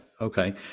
Okay